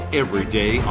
everyday